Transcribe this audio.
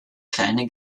kleine